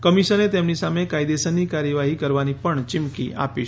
કમિશને તેમની સામે કાયદેસરની કાર્યવાહી કરવાની ણ ચીમકી આપી છે